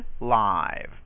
live